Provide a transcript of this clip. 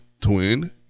Twin